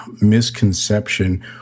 misconception